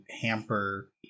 hamper